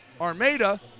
Armada